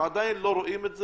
עדין לא רואים את זה.